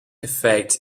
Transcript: effect